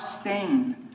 stained